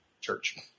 church